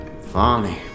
Funny